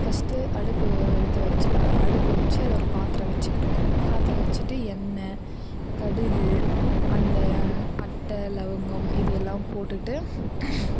first அடுப்பு எடுத்து வச்சு அடுப்பு வச்சு அதில் ஒரு பாத்திரம் வச்சு பாத்திரம் வச்சிவிட்டு எண்ணெய் கடுகு அந்த பட்டை லவங்கம் இது எல்லாம் போட்டுவிட்டு